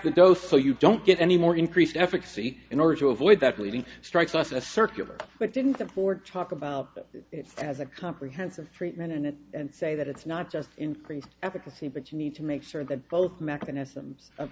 window so you don't get anymore increased efficacy in order to avoid that leaving strikes us a circular but didn't the ford talk about that as a comprehensive treatment and it and say that it's not just increased advocacy but you need to make sure that both mechanisms of